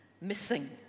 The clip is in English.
missing